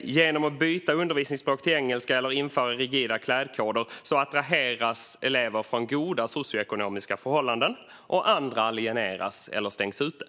genom att byta undervisningsspråk till engelska eller införa rigida klädkoder attraheras elever från goda socioekonomiska förhållanden och andra alieneras eller stängs ute.